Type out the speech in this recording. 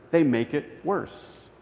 they make it worse.